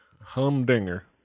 Humdinger